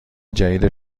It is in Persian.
جدید